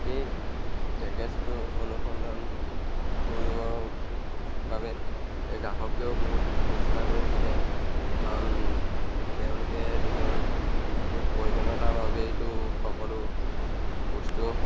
সেই পেকেজটো অনুসন্ধান কৰিবৰ বাবে গ্ৰাহকেও বহুত চেষ্টা কৰি থাকে কাৰণ তেওঁলোকে নিজৰ প্ৰয়োজনীয়তাৰ বাবে এইটো সকলো বস্তু